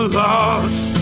lost